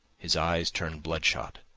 his eyes turned blood-shot,